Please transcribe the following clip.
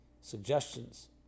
suggestions